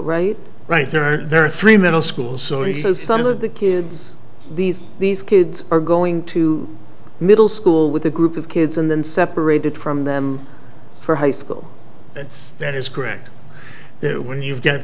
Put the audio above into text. right right there are there are three middle schools some of the kids these these kids are going to middle school with a group of kids and then separated from them for high school that's that is correct that when you've got